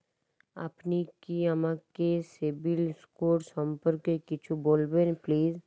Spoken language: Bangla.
আপনি কি আমাকে সিবিল স্কোর সম্পর্কে কিছু বলবেন প্লিজ?